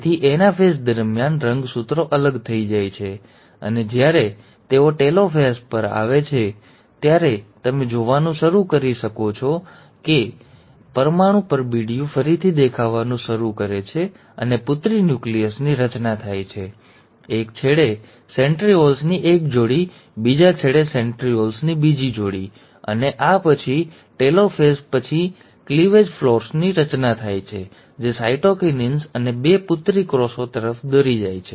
તેથી એનાફેઝ દરમિયાન રંગસૂત્રો અલગ થઈ જશે અને જ્યારે તેઓ ટેલોફાસ પર આવે છે ત્યારે તમે જોવાનું શરૂ કરો છો કે પરમાણુ પરબીડિયું ફરીથી દેખાવાનું શરૂ કરે છે અને પુત્રી ન્યુક્લિયસની રચના થાય છે અને એક છેડે સેન્ટ્રિઓલ્સની એક જોડી બીજા છેડે સેન્ટ્રિઓલ્સની બીજી જોડી અને આ પછી ટેલોફેઝ પછી ક્લીવેજ ફર્લોની રચના થાય છે જે સાઇટોકિન્સિસ અને બે પુત્રી કોષો તરફ દોરી જાય છે